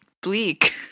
Bleak